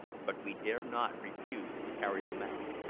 but we dare not refuse to carry them out.